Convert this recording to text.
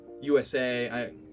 USA